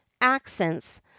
accents